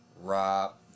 Rob